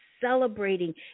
celebrating